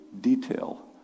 detail